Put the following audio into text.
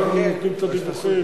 אנחנו נותנים את הדיווחים.